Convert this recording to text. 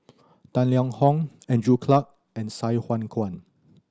Tang Liang Hong Andrew Clarke and Sai Hua Kuan